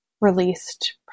released